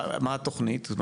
מה התוכנית?